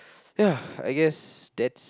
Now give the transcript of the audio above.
ya I guess that's